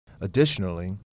Additionally